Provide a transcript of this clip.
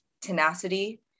tenacity